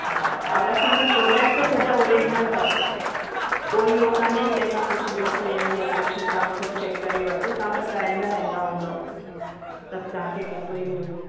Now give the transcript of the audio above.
हा और असांजा प्रोडक्ट सॼा ओरिजनल अथव कोई हू कोन्हे कि असां कुझु ॿियो कयऊं या कुझु तव्हां ख़ुदि चेक करे वठंदो तव्हां त कराईंदा रहंदा हूंदव सभु तव्हां खे पतो ई हूंदो